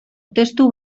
testu